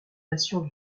nations